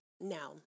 Now